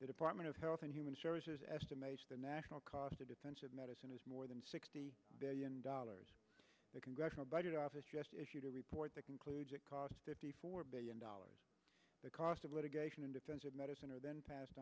department of health and human services estimates the national cost of defensive medicine is more than sixty billion dollars the congressional budget office just issued a report that concludes it costs fifty four billion dollars the cost of litigation and defensive medicine are then passed